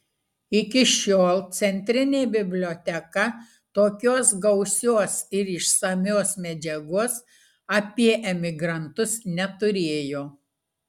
iki šiol centrinė biblioteka tokios gausios ir išsamios medžiagos apie emigrantus neturėjo